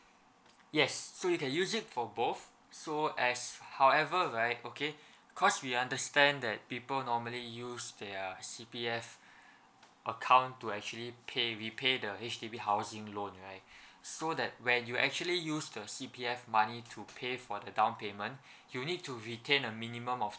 yes so you can use it for both so as however right okay cause we understand that people normally use their C_P_F account to actually pay repay the H_D_B housing loan right so that when you actually use the C_P_F money to pay for the down payment you need to retain a minimum of